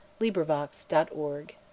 LibriVox.org